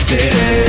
City